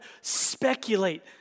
speculate